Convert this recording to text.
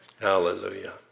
Hallelujah